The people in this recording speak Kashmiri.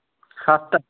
ہَفتہٕ